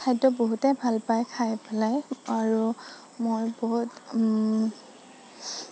খাদ্য বহুতে ভাল পায় খাই পেলাই আৰু মই বহুত